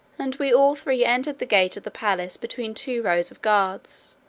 and we all three entered the gate of the palace between two rows of guards,